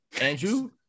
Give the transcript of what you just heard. Andrew